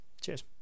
Cheers